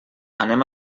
anem